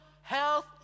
health